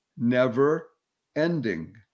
never-ending